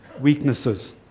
weaknesses